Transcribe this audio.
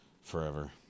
forever